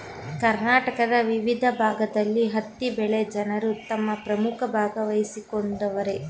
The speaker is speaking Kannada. ಕರ್ನಾಟಕದ ವಿವಿದ್ ಭಾಗ್ದಲ್ಲಿ ಹತ್ತಿ ಬೆಳೆನ ಜನರು ತಮ್ ಪ್ರಮುಖ ಭಾಗವಾಗ್ಸಿಕೊಂಡವರೆ